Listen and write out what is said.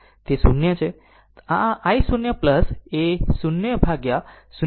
આ i 0 એ 0 ભાગ્યા 0